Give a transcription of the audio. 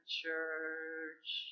church